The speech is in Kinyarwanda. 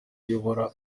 uyobora